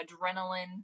adrenaline